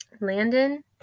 Landon